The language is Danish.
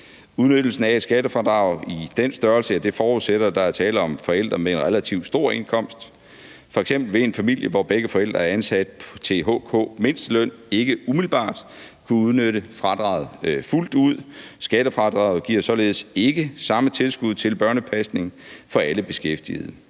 Udnyttelsen af et skattefradrag i den størrelse forudsætter, at der er tale om forældre med en relativt stor indkomst. F.eks. vil en familie, hvor begge forældre er ansat til en HK-mindsteløn, ikke umiddelbart kunne udnytte fradraget fuldt ud. Skattefradraget giver således ikke samme tilskud til børnepasning for alle beskæftigede.